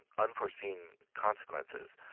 unforeseen consequences.